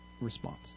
response